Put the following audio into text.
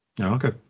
Okay